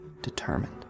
determined